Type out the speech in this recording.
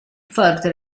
forte